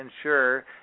ensure